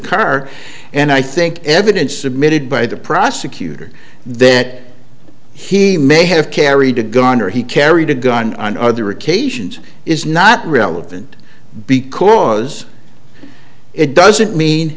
car and i think evidence submitted by the prosecutor that he may have carried a gun or he carried a gun on other occasions is not relevant because it doesn't mean